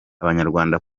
abanyarwanda